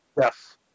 Yes